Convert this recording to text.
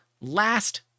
last